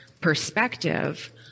perspective